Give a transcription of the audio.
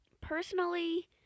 Personally